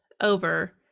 over